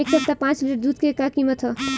एह सप्ताह पाँच लीटर दुध के का किमत ह?